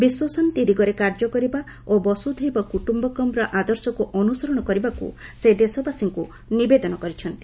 ବିଶ୍ୱଶାନ୍ତି ଦିଗରେ କାର୍ଯ୍ୟ କରିବା ଓ ବସୁଧେବ କୁଟ୍ୟୁକମ୍ର ଆଦର୍ଶକୁ ଅନୁସରଣ କରିବାକୁ ସେ ଦେଶବାସୀଙ୍କ ନିବେଦନ କରିଛନ୍ତି